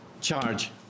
Charge